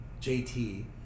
JT